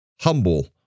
humble